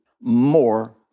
more